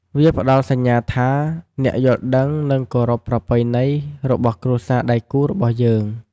វាផ្ដល់សញ្ញាថាអ្នកយល់ដឹងនិងគោរពប្រពៃណីរបស់គ្រួសារដៃគូររបស់យើង។